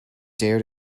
dare